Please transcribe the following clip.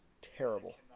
terrible